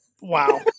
Wow